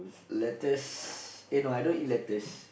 lettuce eh no I don't eat lettuce